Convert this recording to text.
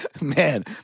Man